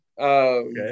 Okay